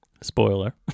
Spoiler